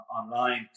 online